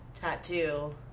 Tattoo